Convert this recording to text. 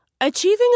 Achieving